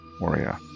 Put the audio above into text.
warrior